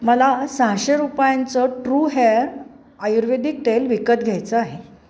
मला सहाशे रुपयांचं ट्रू हेअर आयुर्वेदिक तेल विकत घ्यायचं आहे